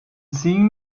seeing